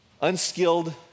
Unskilled